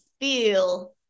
feel